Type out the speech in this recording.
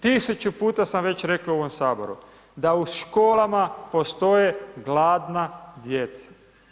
Tisuću puta sam već rekao u ovom Saboru da u školama postoje gladna djeca.